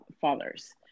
fathers